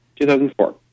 2004